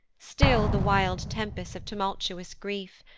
still the wild tempest of tumultuous grief,